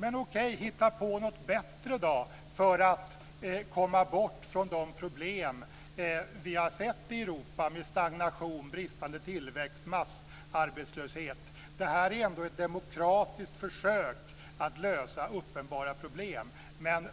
Men, okej, hitta på något bättre för att komma bort från de problem vi har sett i Europa med stagnation, bristande tillväxt, massarbetslöshet. Det här är ändå ett demokratiskt försök att lösa uppenbara problem. Men